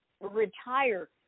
retire